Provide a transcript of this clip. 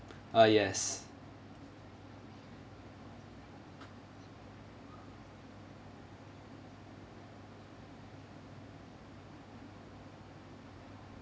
uh yes